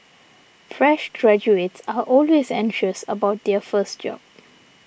fresh graduates are always anxious about their first job